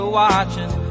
watching